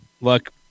Look